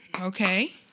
okay